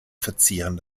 verzieren